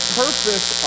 purpose